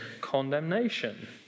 condemnation